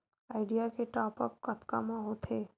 Idea के top आप कतका म होथे?